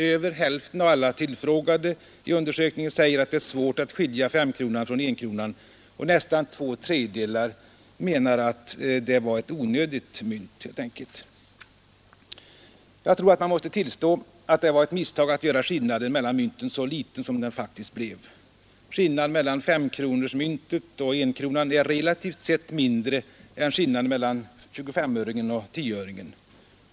Över hälften av alla tillfrågade vid undersökningen säger att det är svårt att skilja femkronan från enkronan. Nästan två tredjedelar av de tillfrågade menar att det helt enkelt var ett onödigt mynt. Jag tror man måste tillstå att det var ett misstag att göra skillnaden mellan mynten så liten som den faktiskt blev. Skillnaden mellan femkronorsmyntet och enkronan är relativt sett mindre än skillnaden mellan 25-öringen och 10-öringen.